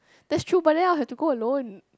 that's true but then I'll have to go alone